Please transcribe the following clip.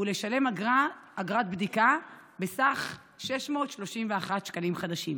ולשלם אגרת בדיקה בסך 631 שקלים חדשים.